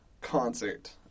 concert